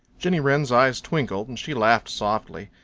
jenny wren's eyes twinkled, and she laughed softly.